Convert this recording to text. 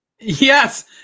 Yes